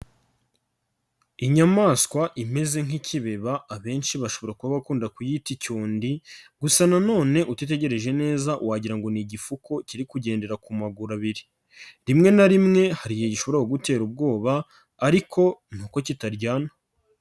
Inyamaswa imeze nk'ikibeba abenshi bashobora kuba bakunda kuyita icyundi, gusa nanone utitegereje neza wagira ngo ni igifuko kiri kugendera ku maguru abiri. Rimwe na rimwe hari igihe gishobora gutera ubwoba ariko nuko kitaryana.